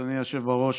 אדוני היושב-ראש,